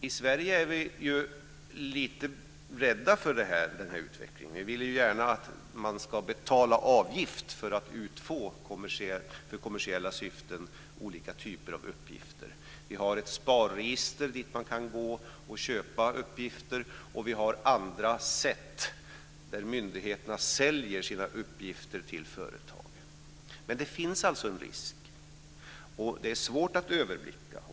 I Sverige är vi lite rädda för den här utvecklingen. Vi vill gärna att man ska betala avgift för att få olika typer av uppgifter för kommersiella syften. Vi har ett SPAR-register där man kan köpa uppgifter, och vi har andra sätt för myndigheter att sälja sina uppgifter till företag. Men det finns alltså en risk. Det är svårt att överblicka.